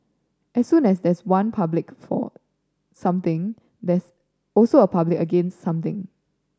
as soon as there's one public for something there's also a public against something